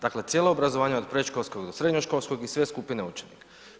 Dakle, cijela obrazovanja od predškolskog do srednjoškolskog i sve skupine učenika.